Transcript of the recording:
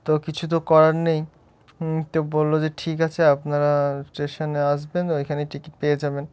তো কিছু তো করার নেই তো বললো যে ঠিক আছে আপনারা স্টেশনে আসবেন ওইখানেই টিকিট পেয়ে যাবেন